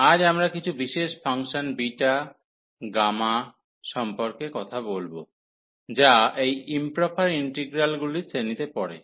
আজ আমরা কিছু বিশেষ ফাংশন বিটা এবং গামা সম্পর্কে কথা বলব যা এই ইম্প্রপার ইন্টিগ্রালগুলির শ্রেণিতে পড়ে